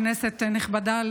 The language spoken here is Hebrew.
כנסת נכבדה,